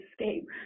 escape